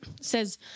says